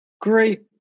great